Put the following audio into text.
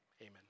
amen